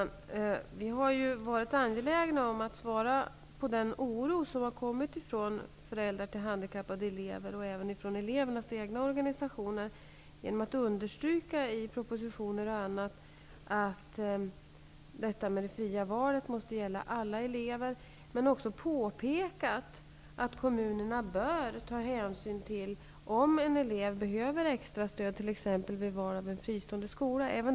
Fru talman! Vi har varit angelägna om att bemöta den oro som finns hos föräldrar till handikappade elever och även hos elevernas egna organisationer genom att i propositioner understryka att alla elever skall ha rätt att fritt välja skola men också genom att påpeka att kommunerna bör ta hänsyn till om en elev behöver extra stöd, t.ex. vid val av en fristående skola.